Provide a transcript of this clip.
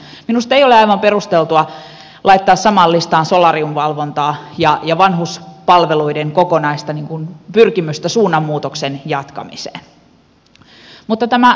minusta ei ole aivan perusteltua laittaa samaan listaan solariumvalvontaa ja vanhuspalveluiden kokonaista pyrkimystä suunnanmuutoksen jatkamiseen